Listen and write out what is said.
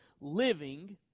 living